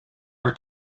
were